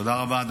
תודה רבה.